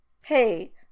hey